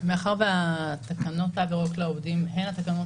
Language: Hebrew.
מאחר ותקנות תו ירוק לעובדים הן התקנות